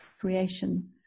creation